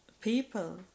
people